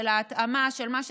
של התאמה, של מה שצריך,